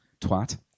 twat